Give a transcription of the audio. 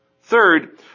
Third